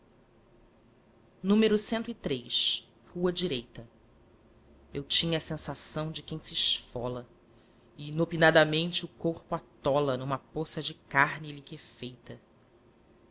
número cento e três rua direita eu tinha a sensação de quem se esfola e inopinadamente o corpo atola numa poça de carne liquefeita que